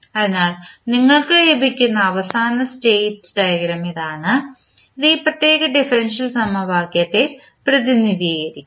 അതിനാൽ നിങ്ങൾക്ക് ലഭിക്കുന്ന അവസാന സ്റ്റേറ്റ് ഡയഗ്രം ഇതാണ് ഇത് ഈ പ്രത്യേക ഡിഫറൻഷ്യൽ സമവാക്യത്തെ പ്രതിനിധീകരിക്കും